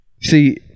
See